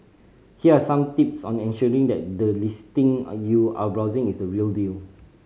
here are some tips on ensuring that the listing are you are browsing is the real deal